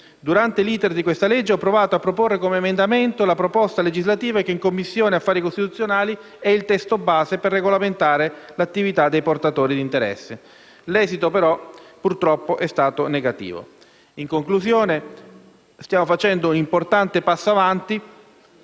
presente disegno di legge ho provato a proporre come emendamento la proposta legislativa che, in Commissione affari costituzionali, è il testo base per regolamentare l'attività dei portatori di interessi. L'esito, purtroppo, è stato negativo. In conclusione, stiamo facendo un importante passo avanti,